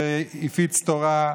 שהפיץ תורה,